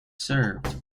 served